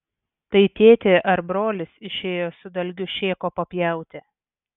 tai tėtė ar brolis išėjo su dalgiu šėko papjauti